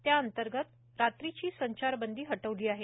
त्याअंतर्गत रात्रीची संचारबंदी हटवली आहे